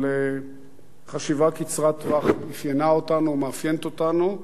אבל חשיבה קצרת טווח אפיינה אותנו ומאפיינת אותנו,